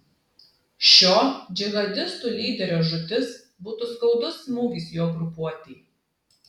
šio džihadistų lyderio žūtis būtų skaudus smūgis jo grupuotei